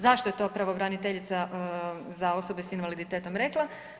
Zašto je to pravobraniteljica za osobe s invaliditetom rekla?